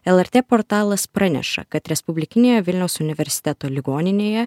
lrt portalas praneša kad respublikinėje vilniaus universiteto ligoninėje